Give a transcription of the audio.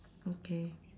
okay